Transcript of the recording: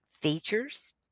features